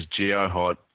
Geohot